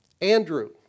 Andrew